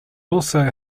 also